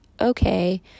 okay